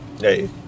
Hey